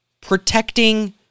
protecting